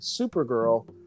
Supergirl